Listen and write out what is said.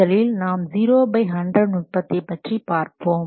முதலில் நாம் இப்போது 0 பை 100 நுட்பத்தைப் பற்றி பார்ப்போம்